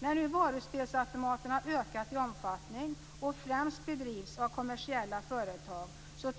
När nu varuspelsautomaterna ökat i omfattning och främst bedrivs av kommersiella företag